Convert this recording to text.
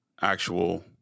actual